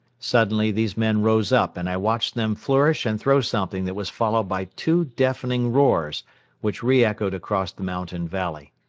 suddenly these men rose up and i watched them flourish and throw something that was followed by two deafening roars which re-echoed across the mountain valley.